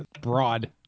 broad